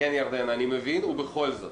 ירדנה, אני מבין ובכל זאת